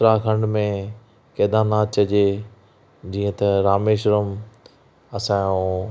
उत्तराखंड में केदारनाथ जी जीअं त रामेश्वरम असांजो